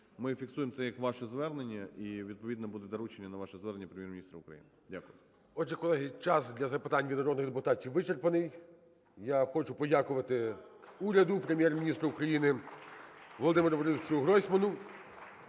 Ми фіксуємо це як ваше звернення, і відповідно буде доручення на ваше зверненняПрем?єр-міністра України. Дякую. ГОЛОВУЮЧИЙ. Отже, колеги, час для запитань від народних депутатів вичерпаний. Я хочу подякувати уряду, Прем'єр-міністру України – Володимиру БорисовичуГройсману